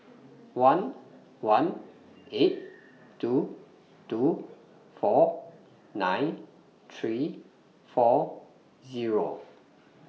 one one eight two two four nine three four Zero